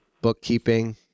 bookkeeping